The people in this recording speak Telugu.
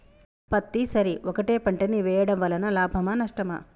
పత్తి సరి ఒకటే పంట ని వేయడం వలన లాభమా నష్టమా?